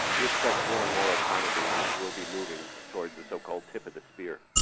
we expect more and more autonomy will will be moving towards the so-called tip of the spear.